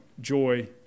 joy